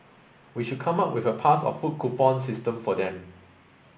we should come up with a pass or food coupon system for them